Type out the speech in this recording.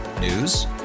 News